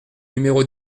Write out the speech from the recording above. numéro